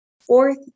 fourth